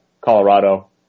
Colorado